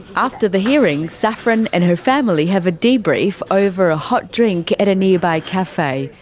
after the hearing, saffron and her family have a debrief over a hot drink at a nearby cafe,